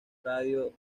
radio